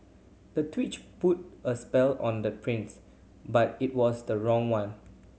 the put a spell on the prince but it was the wrong one